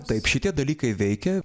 taip šitie dalykai veikia